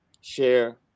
share